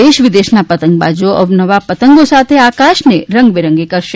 દેશ વિદેશના પતંગબાજો અવનવા પતંગો સાથે આકાશને રંગબેરંગી કરશે